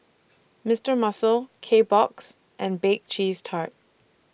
Mister Muscle Kbox and Bake Cheese Tart